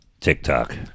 TikTok